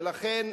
ולכן,